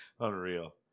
unreal